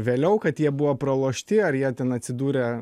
vėliau kad jie buvo pralošti ar jie ten atsidūrė